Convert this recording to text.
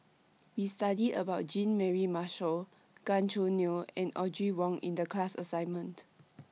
We studied about Jean Mary Marshall Gan Choo Neo and Audrey Wong in The class assignment